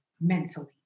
mentally